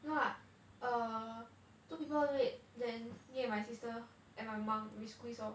no ah err two people bed then me and mysisterand my mum we squeeze lor